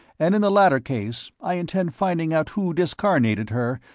and in the latter case, i intend finding out who discarnated her,